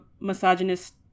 misogynist